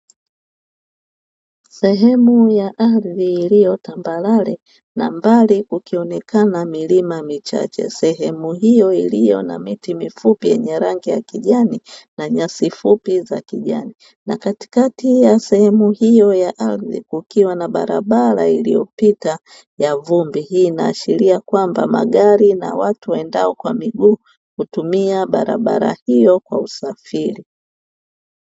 Sehemu ya ardhi iliyo tambarare na mbali kukionekana milima michache. Sehemu hiyo iliyo na miti mifupi yenye rangi ya kijani na nyasi fupi za kijani, na katikati ya sehemu hiyo ya ardhi ikiwa na barabara inayopita ya vumbi; hii inaashiria kwamba magari na watu waendao kwa miguu hutumia barabara hiyo kwa usafiri.